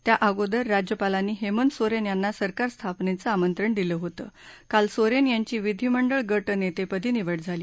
त्याअगोदर राज्यपालांनी हेमंत सोरेन यांना सरकार स्थापनेचं आमत्रण दिलं होतंण काल सोरेन यांची विधिमंडळ गजितेपदी निवड झाली